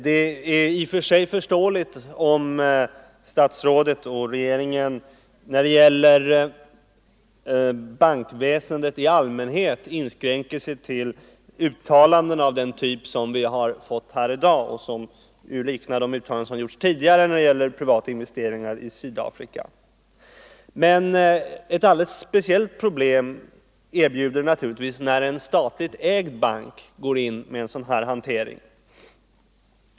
I och för sig är det förståeligt om regeringen när det gäller bankväsendet i allmänhet inskränker sig till uttalanden av den typ som vi har fått av handelsministern i dag och som ju liknar de uttalanden som har gjorts tidigare i fråga om privata investeringar i Sydafrika, men ett alldeles speciellt problem erbjuder det ändå när en statligt ägd bank går in med sådan här hantering.